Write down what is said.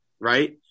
right